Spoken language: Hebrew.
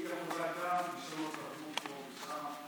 יכולה גם לשנות את התרבות פה ושם.